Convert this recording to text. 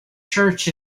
church